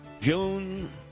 June